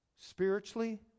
Spiritually